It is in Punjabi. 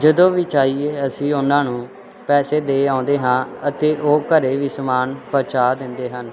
ਜਦੋਂ ਵੀ ਚਾਹੀਏ ਅਸੀਂ ਉਹਨਾਂ ਨੂੰ ਪੈਸੇ ਦੇ ਆਉਂਦੇ ਹਾਂ ਅਤੇ ਉਹ ਘਰ ਵੀ ਸਮਾਨ ਪਹੁੰਚਾ ਦਿੰਦੇ ਹਨ